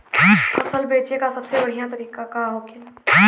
फसल बेचे का सबसे बढ़ियां तरीका का होखेला?